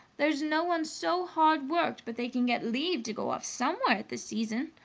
there's no one so hard worked but they can get leave to go off somewhere at this season.